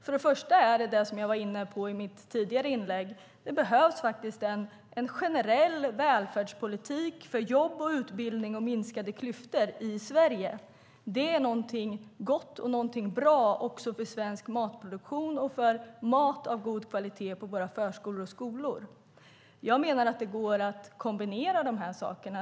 Först och främst behövs det, som jag var inne på i mitt tidigare inlägg, en generell välfärdspolitik för jobb, utbildning och minskade klyftor i Sverige. Det är någonting gott och bra också för svensk matproduktion och för mat av god kvalitet på våra förskolor och skolor. Jag menar att det går att kombinera de här sakerna.